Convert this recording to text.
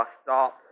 stop